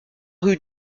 rue